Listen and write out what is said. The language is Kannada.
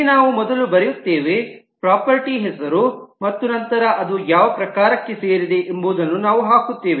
ಇಲ್ಲಿ ನಾವು ಮೊದಲು ಬರೆಯುತ್ತೇವೆ ಪ್ರಾಪರ್ಟೀ ಹೆಸರು ಮತ್ತು ನಂತರ ಅದು ಯಾವ ಪ್ರಕಾರಕ್ಕೆ ಸೇರಿದೆ ಎಂಬುದನ್ನು ನಾವು ಹಾಕುತ್ತೇವೆ